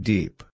Deep